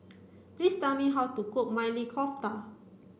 please tell me how to cook Maili Kofta